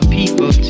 people